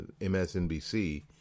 MSNBC